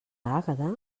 àgueda